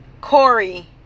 Corey